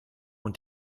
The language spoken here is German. und